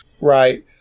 Right